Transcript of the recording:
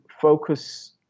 focus